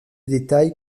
détails